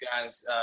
guys